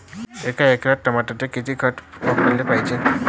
एका एकराच्या टमाटरात किती खत वापराले पायजे?